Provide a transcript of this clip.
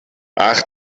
ach